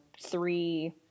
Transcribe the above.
three